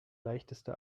leichteste